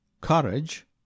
Courage